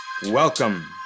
Welcome